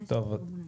שלום לכולם.